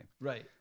Right